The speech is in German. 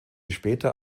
später